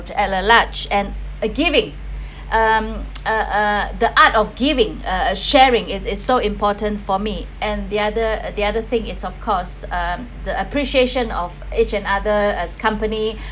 to add a large and uh giving um err the art of giving uh sharing it is so important for me and the other the other thing it's of course um the appreciation of each and other accompany